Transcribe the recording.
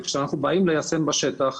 וכשאנחנו באים ליישם בשטח,